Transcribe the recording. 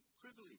privilege